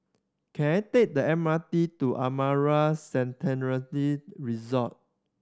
can I take the M R T to Amara Sanctuary Resort